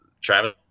Travis